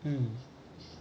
um